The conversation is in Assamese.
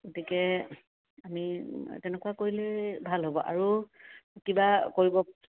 গতিকে আমি তেনেকুৱা কৰিলে ভাল হ'ব আৰু কিবা কৰিব